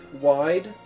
wide